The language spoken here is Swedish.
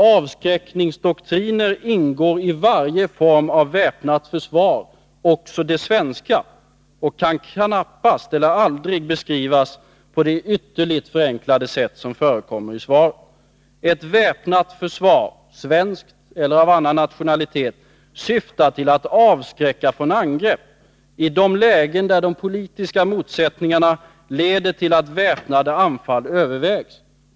Avskräckningsdoktriner ingår i varje form av väpnat försvar, också det svenska, och kan aldrig beskrivas på det ytterligt förenklade sätt som förekommer i svaret. Ett väpnat försvar, svenskt eller av annan nationalitet, syftar till att avskräcka från angrepp i de lägen där de politiska motsättningarna leder till att väpnade anfall övervägs.